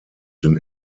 den